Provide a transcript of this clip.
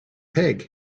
pig